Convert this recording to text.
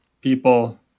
people